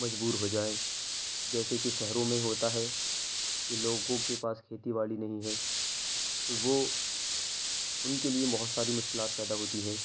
مجبور ہو جائے جیسے کہ شہروں میں ہوتا ہے کہ لوگوں کے پاس کھیتی باڑی نہیں ہے تو وہ ان کے لیے بہت ساری مشکلات پیدا ہوتی ہیں